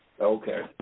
Okay